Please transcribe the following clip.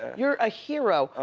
you're a hero. oh